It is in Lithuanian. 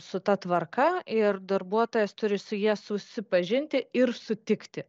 su ta tvarka ir darbuotojas turi su ja susipažinti ir sutikti